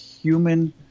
human